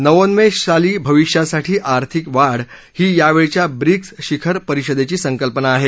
नवोन्मेशशाली भविष्यासाठी आर्थिक वाढ ही यावेळच्या ब्रिक्स शिखर परिषदेची संकल्पना आहे